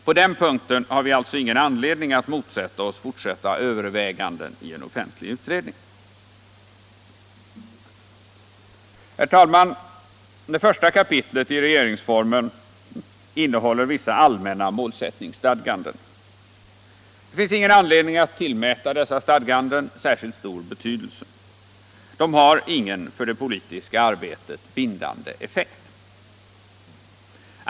På den punkten har vi alltså ingen anledning att motsätta oss fortsatta överväganden i en offentlig utredning. Herr talman! Det första kapitlet i regeringsformen innehåller vissa allmänna målsättningsstadganden. Det finns ingen anledning att tillmäta dessa stadganden särskilt stor betydelse. De har ingen för det politiska arbetet bindande effekt.